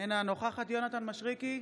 אינה נוכחת יונתן מישרקי,